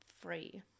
free